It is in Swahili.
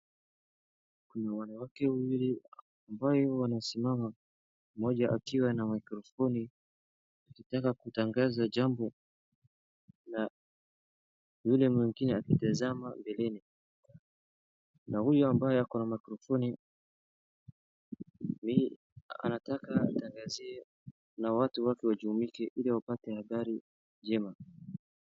Wanawake wawili ambayo wanasimama mmoja akiwa na microphoni akitaka kutangaza jambo na yule mwingine akitazama mbeleni na huyu ambaye ako na microphoni anataka atangazie na watu wake wajumuike ili wapate habari njema.